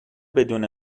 بدون